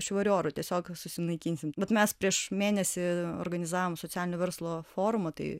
švariu oru tiesiog susinaikinsim bet mes prieš mėnesį organizavom socialinio verslo forumą tai